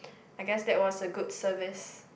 I guess that was a good service